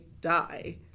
die